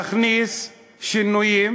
להכניס שינויים.